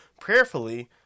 prayerfully